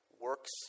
Works